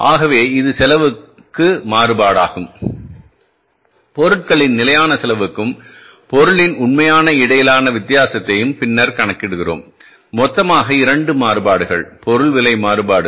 ஆகவே இதுசெலவுக்கும்மாறுபாடு ஆகும் பொருட்களின் நிலையான செலவுக்கும் பொருளின் உண்மையானஇடையிலான வித்தியாசத்தை பின்னர்நாம் கணக்கிடுகிறோம் மொத்தமாக 2 மாறுபாடுகள் பொருள் விலை மாறுபாடு